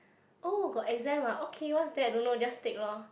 oh got exam ah okay what's that don't know just take lor